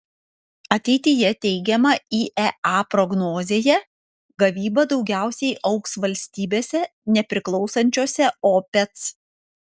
ateityje teigiama iea prognozėje gavyba daugiausiai augs valstybėse nepriklausančiose opec